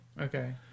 Okay